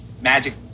magic